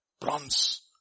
bronze